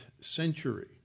century